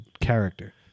character